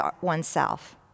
oneself